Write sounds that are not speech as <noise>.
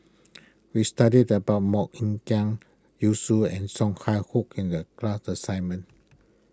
we studied about Mok Ying Jang Yu <unintelligible> and Song <unintelligible> in the class assignment